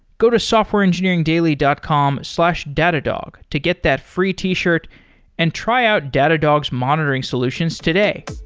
go to softwareengineeringdaily dot com slash datadog to get that free t-shirt and try out datadog's monitoring solutions today.